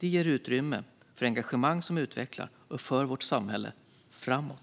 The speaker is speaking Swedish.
ger utrymme för engagemang som utvecklar och för vårt samhälle framåt.